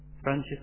Friendship